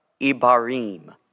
Ibarim